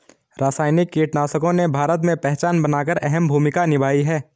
रासायनिक कीटनाशकों ने भारत में पहचान बनाकर अहम भूमिका निभाई है